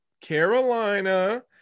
Carolina